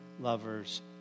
lovers